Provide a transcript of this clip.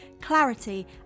clarity